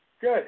Good